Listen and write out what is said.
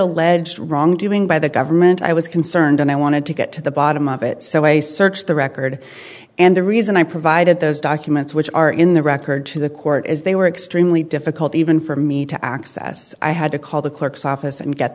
alleged wrongdoing by the government i was concerned and i wanted to get to the bottom of it so i searched the record and the reason i provided those documents which are in the record to the court is they were extremely difficult even for me to access i had to call the clerk's office and get